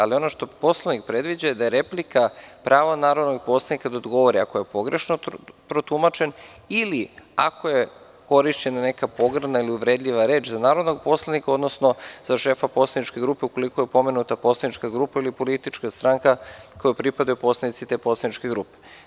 Ali, ono što Poslovnik predviđa da je replika pravo narodnog poslanika da odgovori, ako je pogrešno protumačen ili ako je korišćena neka pogrdna ili uvredljiva reč za narodnog poslanika, odnosno za šefa poslaničke grupe ukoliko je opomenuta poslanička grupa ili politička stranka kojoj pripadaju poslanici te poslaničke grupe.